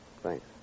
Thanks